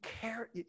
care